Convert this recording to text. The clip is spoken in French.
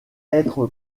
être